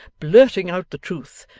blurting out the truth,